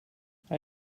hij